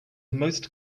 most